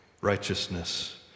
Righteousness